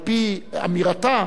על-פי אמירתה,